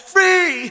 Free